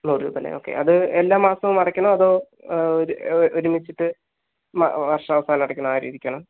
നൂറ് രൂപ അല്ലേ ഓക്കേ അത് എല്ലാ മാസവും അടയ്ക്കണോ അതോ ഒരുമിച്ചിട്ട് വർഷം അവസാനം അടക്കണ ആ രീതിയ്ക്കാണോ